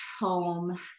home